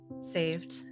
saved